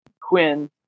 Quinn